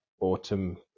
autumn